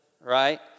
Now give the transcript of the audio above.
right